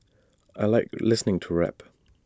I Like listening to rap